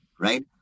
right